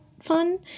fun